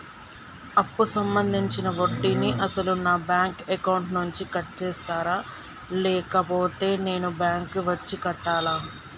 అప్పు సంబంధించిన వడ్డీని అసలు నా బ్యాంక్ అకౌంట్ నుంచి కట్ చేస్తారా లేకపోతే నేను బ్యాంకు వచ్చి కట్టాలా?